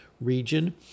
region